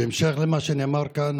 בהמשך למה שנאמר כאן,